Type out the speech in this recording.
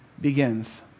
begins